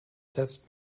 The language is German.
setzt